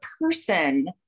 person